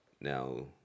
Now